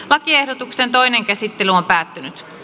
lakiehdotuksen toinen käsittely päättyi